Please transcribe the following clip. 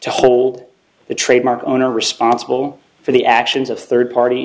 to hold the trademark owner responsible for the actions of third party